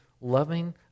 loving